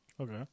Okay